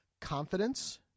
confidence